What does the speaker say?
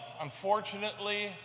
unfortunately